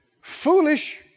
foolish